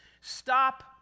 Stop